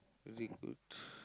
very good